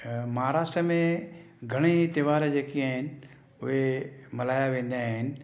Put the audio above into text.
महाराष्ट्र में घणेई त्योहार जेके आहिनि उहे मल्हाया वेंदा आहिनि